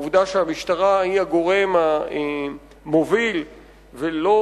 העובדה שהמשטרה היא הגורם המוביל ולא